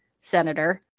senator